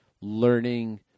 Learning